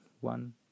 one